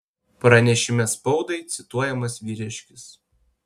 pranešime spaudai cituojamas vyriškis